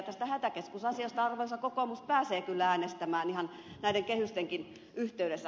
tästä hätäkeskusasiasta arvoisa kokoomus pääsee kyllä äänestämään ihan näiden kehystenkin yhteydessä